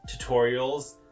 tutorials